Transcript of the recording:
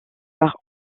par